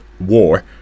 war